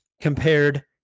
compared